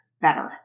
better